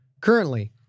Currently